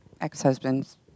ex-husband's